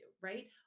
right